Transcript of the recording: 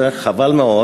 חבל מאוד